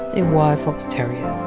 a wire fox terrier.